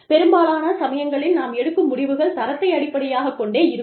பெரும்பாலான சமயங்களில் நாம் எடுக்கும் முடிவுகள் தரத்தை அடிப்படையாகக் கொண்டே இருக்கும்